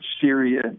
Syria